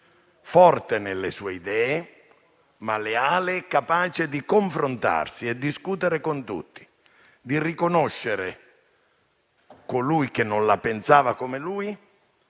forte nelle sue idee, ma leale e capace di confrontarsi e discutere con tutti, di riconoscere colui che non la pensava come lui